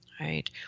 Right